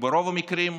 ברוב המקרים,